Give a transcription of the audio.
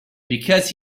because